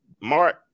mark